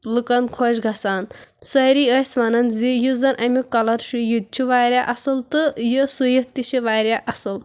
لُکن خۄش گژھان سٲری ٲسۍ وَنان زِ یُس زن أمیُک کَلر چھُ یہِ تہِ چھُ واریاہ اصٕل تہٕ یہِ سُیِتھ تہِ چھُ واریاہ اصٕل